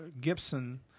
Gibson